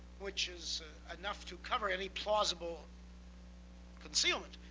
which is enough to cover any plausible concealment,